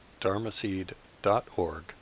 dharmaseed.org